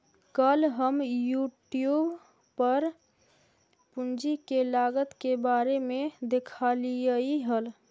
कल हम यूट्यूब पर पूंजी के लागत के बारे में देखालियइ हल